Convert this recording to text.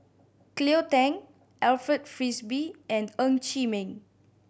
Cleo Thang Alfred Frisby and Ng Chee Meng